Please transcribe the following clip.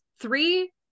three